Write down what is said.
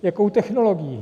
Jakou technologií?